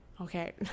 okay